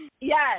yes